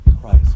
Christ